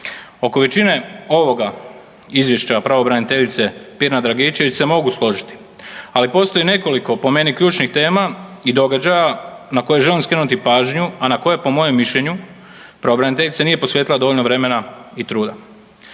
Oko većine ovoga izvješća pravobraniteljice Pirnat Dragičević se mogu složiti, ali postoji nekoliko po meni ključnih tema i događaja na koje želim skrenuti pažnju, a na koje po mojem mišljenju pravobraniteljica nije posvetila dovoljno vremena i truda.